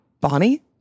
Bonnie